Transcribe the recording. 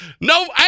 No